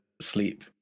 sleep